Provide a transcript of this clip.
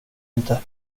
inte